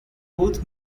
both